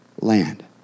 land